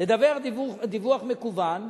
לדווח דיווח מקוון,